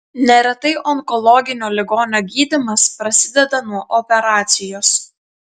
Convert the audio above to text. neretai onkologinio ligonio gydymas prasideda nuo operacijos